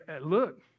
Look